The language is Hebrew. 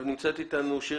נמצאת אתנו אורלי